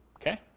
okay